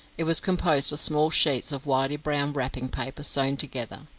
it was composed of small sheets of whitey-brown wrapping paper sewn together.